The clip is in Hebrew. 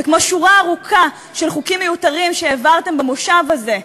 וכמו שורה ארוכה של חוקים מיותרים שהעברתם במושב הזה,